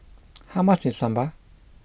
how much is Sambar